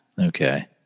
Okay